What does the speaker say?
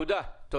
יהודה, תודה.